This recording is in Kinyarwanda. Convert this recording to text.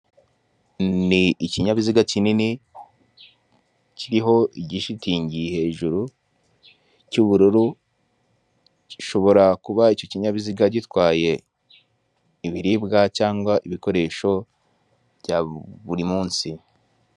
Ni ikinyabiziga kinini kiriho igishitingi hejuru cy'ubururu, gishobora kuba icyo kinyabiziga gitwaye ibiribwa cyangwa ibikoresho bya buri munsi.